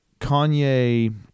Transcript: Kanye